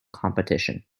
competition